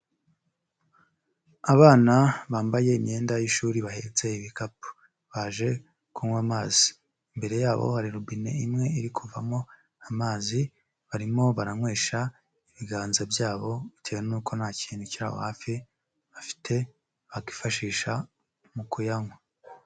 Abana bambaye imyenda y'ishuri bahetse ibikapu, baje kunywa amazi, imbere yabo hari robine imwe iri kuvamo amazi, barimo baranywesha ibiganza byabo, bitewe nuko nta kintu kiri aho hafi bafite bakifashisha mu kuyanywa.